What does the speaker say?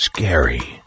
Scary